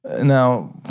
Now